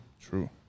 True